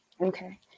Okay